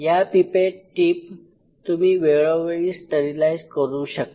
या pipette tip तुम्ही वेळोवेळी स्टरीलाईज करू शकता